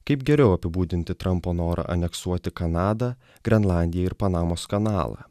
kaip geriau apibūdinti trampo norą aneksuoti kanadą grenlandiją ir panamos kanalą